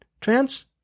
Trans